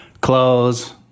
close